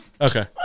Okay